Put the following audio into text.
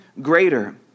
greater